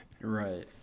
Right